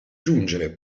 giungere